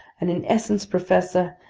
and in essence, professor,